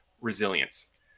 resilience